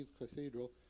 Cathedral